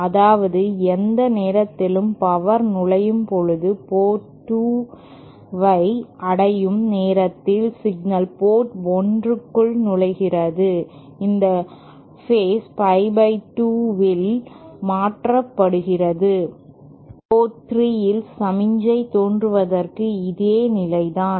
அதாவது எந்த நேரத்திலும் பவர் நுழையும் பொழுது போர்ட் 2 ஐ அடையும் நேரத்தில் சிக்னல் போர்ட் 1 க்குள் நுழைகிறது இந்த பேஸ் pie 2 ஆல் மாற்றப்படுகிறது போர்ட் 3 இல் சமிக்ஞை தோன்றுவதற்கும் இதே நிலைதான்